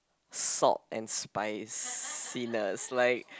salt and spiciness like